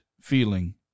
feeling